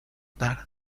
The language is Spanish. tarde